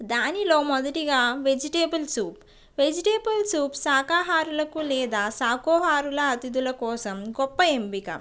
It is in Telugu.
దానిలో మొదటిగా వెజిటేబుల్స్ వెజిటేబుల్స్ శాఖాహారులకు లేదా శాఖాహారుల అతిధుల కోసం గొప్ప ఎంపిక